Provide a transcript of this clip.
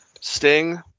Sting